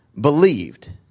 believed